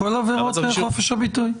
בכל עבירות חופש הביטוי.